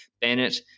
Bennett